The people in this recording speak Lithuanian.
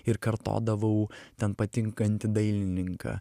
ir kartodavau ten patinkantį dailininką